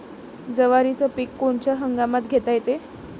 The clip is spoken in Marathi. जवारीचं पीक कोनच्या हंगामात घेता येते?